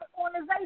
organization